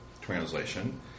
translation